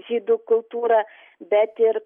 žydų kultūrą bet ir